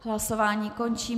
Hlasování končím.